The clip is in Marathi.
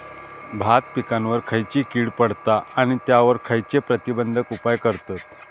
भात पिकांवर खैयची कीड पडता आणि त्यावर खैयचे प्रतिबंधक उपाय करतत?